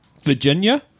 Virginia